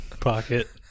pocket